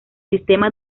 sistema